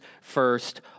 first